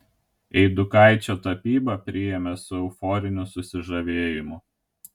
eidukaičio tapybą priėmė su euforiniu susižavėjimu